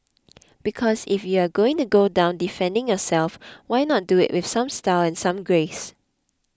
because if you are going to go down defending yourself why not do it with some style and some grace